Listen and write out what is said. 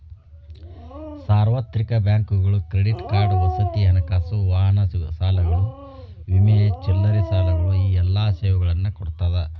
ಸಾರ್ವತ್ರಿಕ ಬ್ಯಾಂಕುಗಳು credit card ವಸತಿ ಹಣಕಾಸು ವಾಹನ ಸಾಲಗಳು ವಿಮೆ ಚಿಲ್ಲರೆ ಸಾಲಗಳು ಈ ಎಲ್ಲಾ ಸೇವೆಗಳನ್ನ ಕೊಡ್ತಾದ